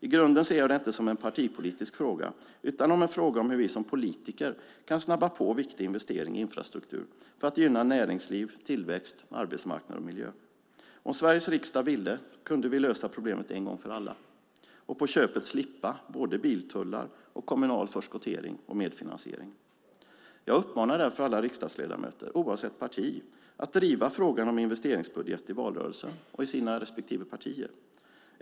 I grunden ser jag detta inte som en partipolitisk fråga utan som en fråga om hur vi som politiker kan snabba på viktig investering i infrastruktur för att gynna näringsliv, tillväxt, arbetsmarknad och miljö. Om Sveriges riksdag ville, kunde vi lösa problemet en gång för alla och på köpet slippa både biltullar och kommunal förskottering och medfinansiering. Jag uppmanar därför alla riksdagsledamöter, oavsett parti, att driva frågan om investeringsbudget i valrörelsen och i sina respektive partier.